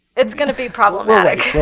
it's going to be problematic.